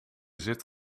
zit